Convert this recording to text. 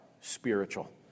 spiritual